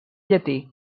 llatí